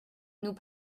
nous